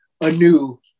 anew